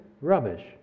rubbish